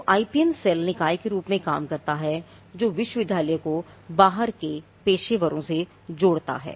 तो IPM cell निकाय के रूप में कार्य करता है जो विश्वविद्यालय को बाहर के पेशेवरों से जोड़ता है